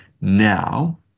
now